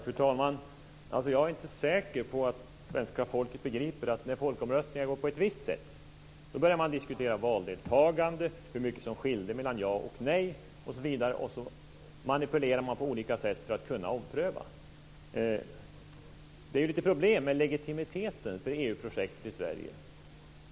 Fru talman! Jag är inte säker på att svenska folket begriper att när en folkomröstning ger ett visst resultat börjar man att diskutera valdeltagandet, hur mycket som skilde mellan ja och nej osv., och så manipulerar man på olika sätt för att kunna ompröva den. Det är ju lite problem med legitimiteten för EU projektet i Sverige.